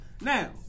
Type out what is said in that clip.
Now